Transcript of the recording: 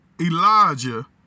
Elijah